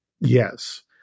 Yes